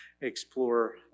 explore